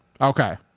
okay